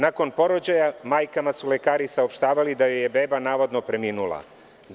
Nakon porođaja, majkama su lekari saopštavali da im je beba navodno preminula.